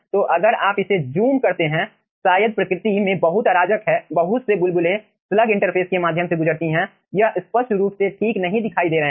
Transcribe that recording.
तो अगर आप इसे ज़ूम करते हैं शायद प्रकृति में बहुत अराजक बहुत से बुलबुले स्लग इंटरफेस के माध्यम से गुजरती हैं यह स्पष्ट रूप से ठीक नहीं दिखाई दे रहे हैं